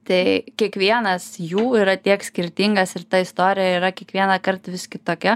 tai kiekvienas jų yra tiek skirtingas ir ta istorija yra kiekvienąkart vis kitokia